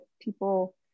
people